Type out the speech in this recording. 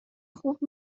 خوب